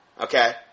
Okay